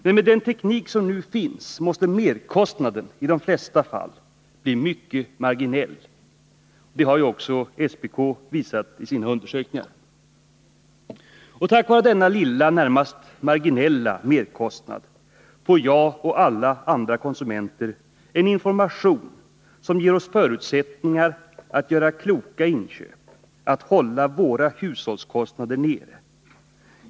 Men med den teknik som nu finns måste merkostnaden i de flesta fall bli mycket marginell. Det har också SPK visat i sina undersökningar. Tack vare denna lilla, närmast marginella merkostnad får jag och alla andra konsumenter en information som ger oss förutsättningar att göra kloka inköp, att hålla våra hushållskostnader nere.